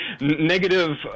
Negative